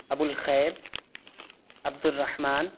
ابوالخیب Abdurrahman